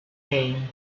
came